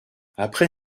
après